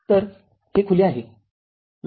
तर हे खुले आहे